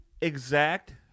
exact